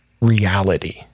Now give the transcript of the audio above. reality